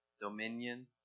dominion